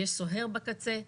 יש סוהר בקצה,